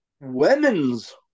Women's